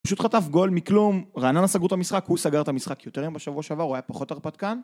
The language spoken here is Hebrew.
פשוט חטף גול מכלום, רעננה סגרו את המשחק, הוא סגר את המשחק יותר מבשבוע שעבר, הוא היה פחות הרפתקן